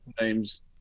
names